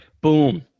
Boom